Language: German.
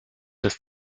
des